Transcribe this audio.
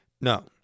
No